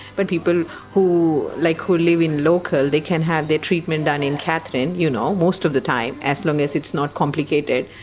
but people who like who live local they can have their treatment done in katherine you know most of the time, as long as it's not complicated,